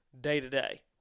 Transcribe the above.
day-to-day